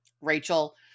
rachel